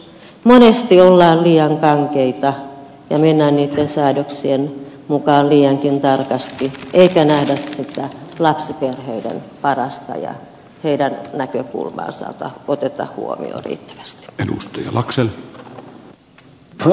monesti ollaan liian kankeita ja mennään niitten säädöksien mukaan liiankin tarkasti eikä nähdä lapsiperheiden parasta eikä oteta huomioon riittävästi heidän näkökulmaansa